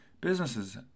businesses